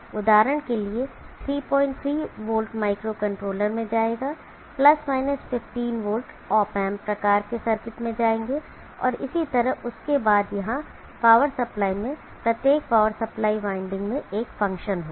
उदाहरण के लिए 33 वोल्ट माइक्रोकंट्रोलर में जाएगा 15 वोल्ट ऑप एम्प्स प्रकार के सर्किट में जाएंगे और इसी तरह उसके बाद यहां पावर सप्लाई में प्रत्येक पावर सप्लाई वाइंडिंग में एक फ़ंक्शन होगा